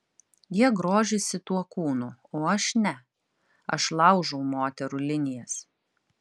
jie grožisi tuo kūnu o aš ne aš laužau moterų linijas